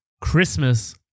Christmas